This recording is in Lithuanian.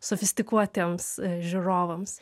sofistikuotiems žiūrovams